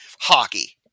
hockey